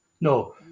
No